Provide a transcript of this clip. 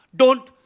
don't,